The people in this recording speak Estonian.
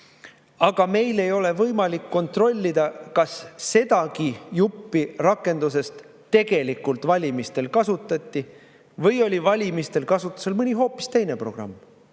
Aga meil ei ole võimalik kontrollida, kas sedagi juppi rakendusest tegelikult valimistel kasutati või oli valimistel kasutusel mõni hoopis teine programm.